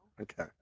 Okay